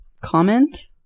comment